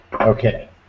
Okay